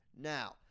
Now